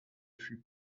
fut